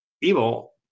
evil